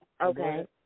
Okay